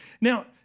Now